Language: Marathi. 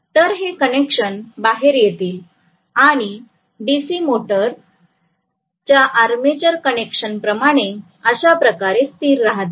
तर हे कनेक्शन्स बाहेर येतील आणि डीसी मोटर च्या आर्मेचर कनेक्शन प्रमाणे अशाप्रकारे स्थिर राहतील